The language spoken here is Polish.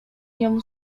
nią